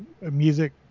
music